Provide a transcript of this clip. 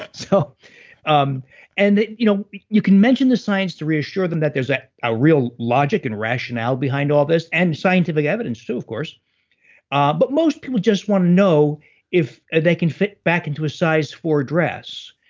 but so um and you know you can mention the science to reassure them that there's a ah real logic and rationale behind all this and scientific evidence too, of course ah but most people just want to know if they can fit back into a size four dress,